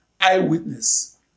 eyewitness